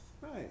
Right